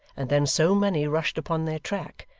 and then so many rushed upon their track,